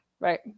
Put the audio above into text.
right